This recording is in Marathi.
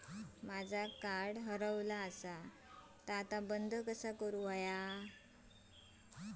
माझा कार्ड हरवला आता बंद कसा करू?